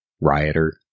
rioter